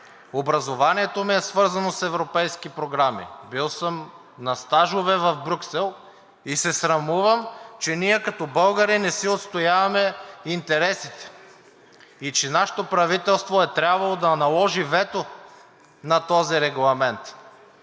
Образованието ми е свързано с европейски програми, бил съм на стажове в Брюксел и се срамувам, че ние като българи не си отстояваме интересите и че нашето правителство е трябвало да наложи вето на този регламент,